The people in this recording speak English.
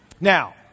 Now